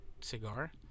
cigar